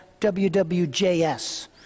WWJS